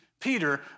Peter